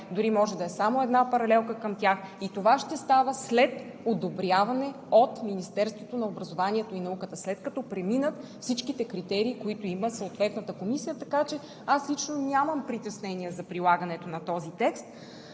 Дори може да е само една паралелка към тях и това ще става след одобряване от Министерството на образованието и науката, след като преминат всичките критерии, които имат от съответната комисия, така че аз лично нямам притеснения за прилагането на този текст.